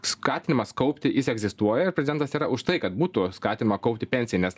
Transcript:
skatinimas kaupti jis egzistuoja ir prezidentas yra už tai kad būtų skatinama kaupti pensijai nes